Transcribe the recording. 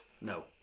No